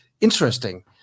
interesting